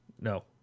no